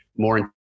more